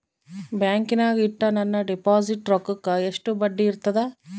ಬ್ಯಾಂಕಿನಾಗ ಇಟ್ಟ ನನ್ನ ಡಿಪಾಸಿಟ್ ರೊಕ್ಕಕ್ಕ ಎಷ್ಟು ಬಡ್ಡಿ ಬರ್ತದ?